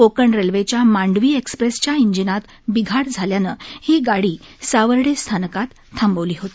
कोकण रेल्वेच्या मांडवी एक्स्प्रेसच्या इंजिनात बिघाड झाल्यानं ही गाडी सावर्डे स्थानकात थांबवली होती